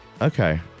okay